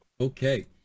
Okay